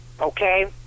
Okay